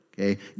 okay